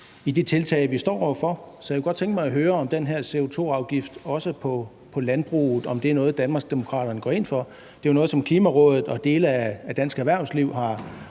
i de tiltag, vi står over for. Så jeg kunne godt tænke mig at høre, om den her CO2-afgift også på landbruget er noget, som Danmarksdemokraterne går ind for. Klimarådet og dele af dansk erhvervsliv har